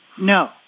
No